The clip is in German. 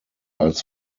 als